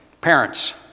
Parents